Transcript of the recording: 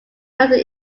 another